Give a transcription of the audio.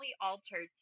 altered